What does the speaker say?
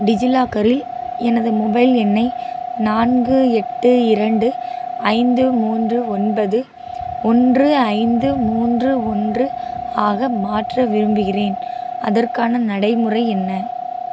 டிஜிலாக்கரில் எனது மொபைல் எண்ணை நான்கு எட்டு இரண்டு ஐந்து மூன்று ஒன்பது ஒன்று ஐந்து மூன்று ஒன்று ஆக மாற்ற விரும்புகிறேன் அதற்கான நடைமுறை என்ன